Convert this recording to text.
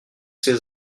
ces